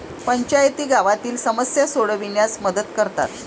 पंचायती गावातील समस्या सोडविण्यास मदत करतात